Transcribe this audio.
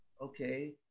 Okay